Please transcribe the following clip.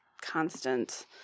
constant